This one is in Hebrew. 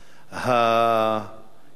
הייחודי.